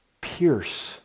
pierce